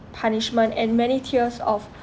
punishment and many tiers of